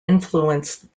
influenced